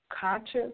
conscious